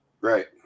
Right